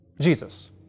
Jesus